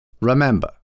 Remember